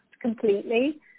completely